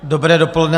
Dobré dopoledne.